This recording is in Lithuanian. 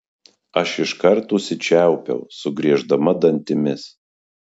aš iškart užsičiaupiau sugrieždama dantimis